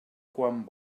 quan